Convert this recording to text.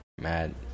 mad